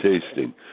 tasting